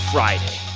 Friday